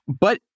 But-